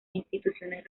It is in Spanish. instituciones